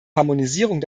harmonisierung